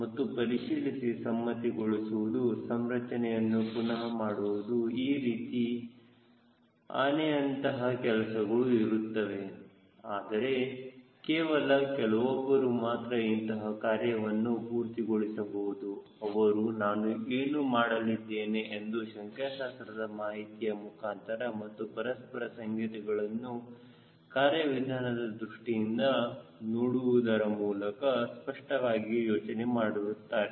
ಮತ್ತು ಪರಿಶೀಲಿಸಿ ಸಮ್ಮತಿಗೊಳಿಸುವುದು ಸಂರಚನೆಯನ್ನು ಪುನಹ ಮಾಡುವುದು ಈ ರೀತಿ ಆನೆಯಂತಹ ಕೆಲಸಗಳು ಇವೆ ಆದರೆ ಕೇವಲ ಕೆಲವೊಬ್ಬರು ಮಾತ್ರ ಇಂತಹ ಕಾರ್ಯವನ್ನು ಪೂರ್ತಿ ಗೊಳಿಸಬಹುದು ಅವರು ನಾನು ಏನು ಮಾಡಲಿದ್ದೇನೆ ಎಂದು ಸಂಖ್ಯಾಶಾಸ್ತ್ರದ ಮಾಹಿತಿಯ ಮುಖಾಂತರ ಮತ್ತು ಪರಸ್ಪರ ಸಂಗತಿಗಳನ್ನು ಕಾರ್ಯವಿಧಾನದ ದೃಷ್ಟಿಯಿಂದ ನೋಡುವುದರ ಮೂಲಕ ಸ್ಪಷ್ಟವಾಗಿ ಯೋಚನೆ ಮಾಡಿರುತ್ತಾರೆ